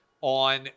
on